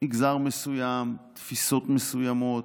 מגזר מסוים, תפיסות מסוימות,